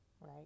right